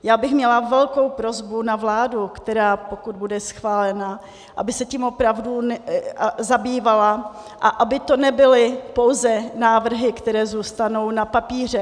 Já bych měla velkou prosbu na vládu, která, pokud bude schválena, aby se tím opravdu zabývala a aby to nebyly pouze návrhy, které zůstanou na papíře.